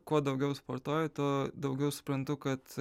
kuo daugiau sportuoju tuo daugiau suprantu kad